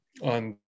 on